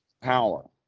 power